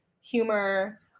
humor